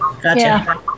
Gotcha